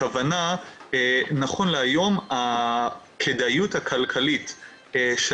הכוונה נכון להיום הכדאיות הכלכלית של